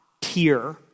tier